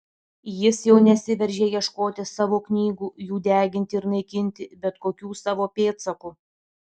jis jau nesiveržė ieškoti savo knygų jų deginti ir naikinti bet kokių savo pėdsakų